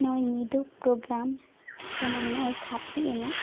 ᱱᱚᱜᱼᱚᱭ ᱧᱤᱫᱟᱹ ᱯᱨᱳᱜᱮᱨᱟᱢ ᱡᱮᱢᱚᱱ ᱱᱚᱜᱼᱚᱭ ᱪᱷᱟᱯᱨᱤ ᱮᱱᱮᱡ